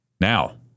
Now